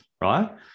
Right